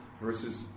versus